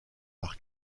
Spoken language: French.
par